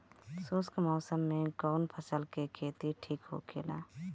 शुष्क मौसम में कउन फसल के खेती ठीक होखेला?